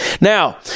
Now